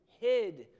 hid